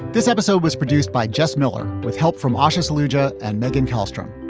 this episode was produced by just miller with help from osha's lucja and meghan karlstrom,